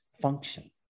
function